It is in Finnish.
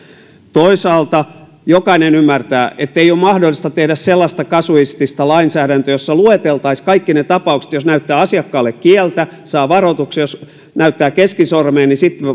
toisaalta jokainen ymmärtää ettei ole mahdollista tehdä sellaista kasuistista lainsäädäntöä jossa lueteltaisiin kaikki ne tapaukset jos näyttää asiakkaalle kieltä saa varoituksen jos näyttää keskisormea sitten on